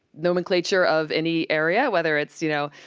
nomenclature of any area, whether it's, you know,